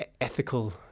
ethical